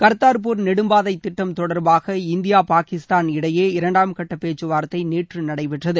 கர்தா்பூர் நெடும்பாதை திட்டம் தொடர்பாக இந்தியா பாகிஸ்தான் இடையே இரண்டாம் கட்ட பேச்சுவார்த்தை நேற்று நடைபெற்றது